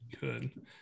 Good